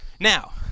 Now